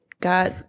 got